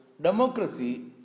democracy